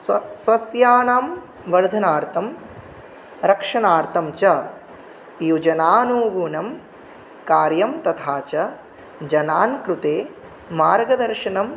स्व सस्यानां वर्धनार्थं रक्षणार्थं च योजनानुगुणं कार्यं तथा च जनानां कृते मार्गदर्शनं